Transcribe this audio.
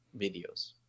videos